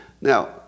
Now